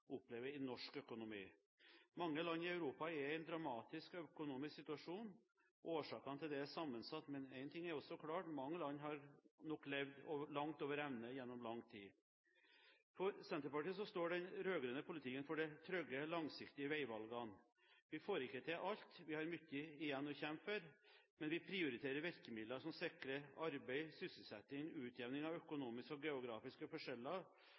norsk økonomi. Mange land i Europa er i en dramatisk økonomisk situasjon. Årsakene er sammensatte, men én ting er også klart: Mange land har nok levd langt over evne gjennom lang tid. For Senterpartiet står den rød-grønne politikken for de trygge og langsiktige veivalgene. Vi får ikke til alt. Vi har mye igjen å kjempe for. Men vi prioriterer virkemidler som sikrer arbeid og sysselsetting, utjevning av økonomiske og geografisk forskjeller